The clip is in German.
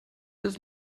das